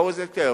והאורז התייקר,